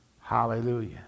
Hallelujah